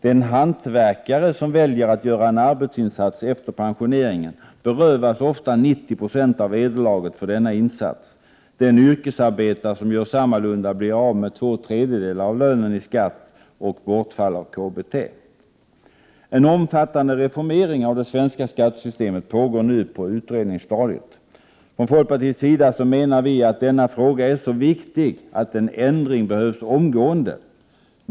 Den hantverkare som väljer att göra en arbetsinsats efter pensioneringen berövas ofta 90 90 av vederlaget för denna insats. Den yrkesarbetare som gör sammalunda blir av med två tredjedelar av lönen i skatt och bortfall av KBT. En omfattande reformering av det svenska skattesystemet pågår nu på utredningsstadiet. Från folkpartiets sida menar vi att denna fråga är så viktig att en ändring behövs omgående.